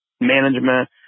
management